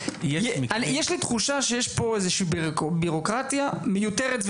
יש לי תחושה שיש פה איזושהי ביורוקרטיה מיותרת.